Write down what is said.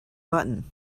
button